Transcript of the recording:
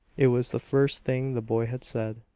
it was the first thing the boy had said.